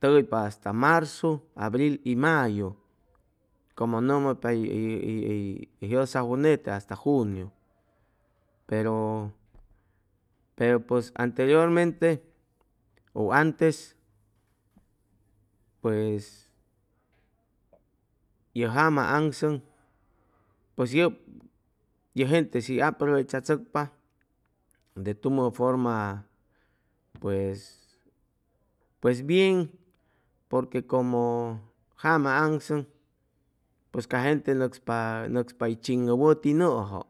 tʉgaypa hasta marzu, abril y mayu como nʉmʉypa hʉy hʉy hʉy jʉsajwʉ hasta juniu pero pero pues anteriormente u antes pues yʉ jama aŋsʉŋ pues yʉp ye gentes hʉy aprovechachʉcpa de tumʉ forma pues pues bien porque como jama aŋsʉŋ pues ca gente nʉcspa nʉcspa hʉy chiŋʉ wʉti nʉjʉ